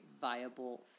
viable